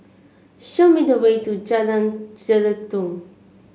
show me the way to Jalan Jelutong